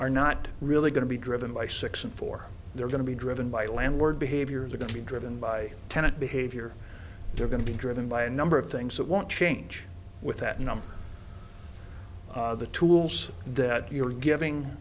are not really going to be driven by six and four they're going to be driven by landlord behaviors are going to be driven by tenet behavior they're going to be driven by a number of things that won't change with that number the tools that you're giving